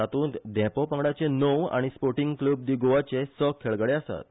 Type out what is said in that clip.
तातूंत धेंपो पंगडाचे णव स्पोर्टींग क्लब दी गोवाचे स खेळगडे आसात